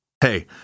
Hey